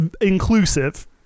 inclusive